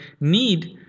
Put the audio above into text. need